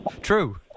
True